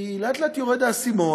כי לאט-לאט יורד האסימון,